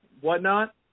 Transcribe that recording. whatnot